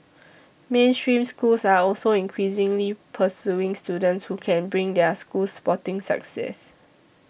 mainstream schools are also increasingly pursuing students who can bring their schools sporting success